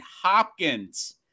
Hopkins